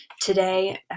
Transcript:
today